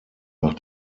nach